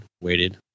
waited